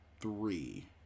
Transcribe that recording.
three